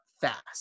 fast